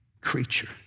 creature